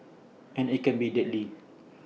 and IT can be deadly